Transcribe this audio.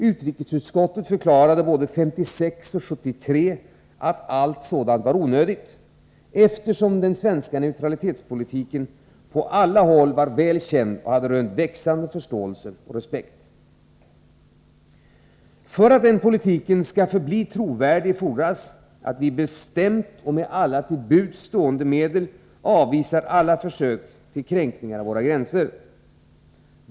Utrikesutskottet förklarade både 1956 och 1973 att allt sådant var onödigt, eftersom den svenska neutralitetspolitiken på alla håll var väl känd och hade rönt växande förståelse och respekt. För att den politiken skall förbli trovärdig fordras att vi bestämt och med alla till buds stående medel avvisar varje försök till kränkning av våra gränser.